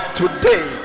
today